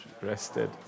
rested